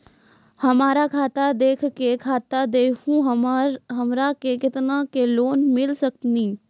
हमरा खाता देख के बता देहु हमरा के केतना के लोन मिल सकनी?